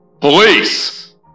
Police